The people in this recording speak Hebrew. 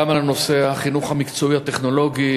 גם לנושא החינוך המקצועי הטכנולוגי